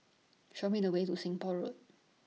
Show Me The Way to Seng Poh Road